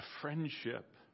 friendship